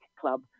Club